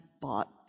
bought